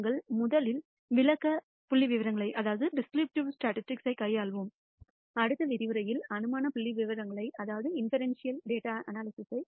நாங்கள் முதலில் விளக்க புள்ளி விவரங்களைக் கையாள்வோம் அடுத்த விரிவுரைகளில் அனுமான புள்ளி விவரங்களைக் கையாள்வோம்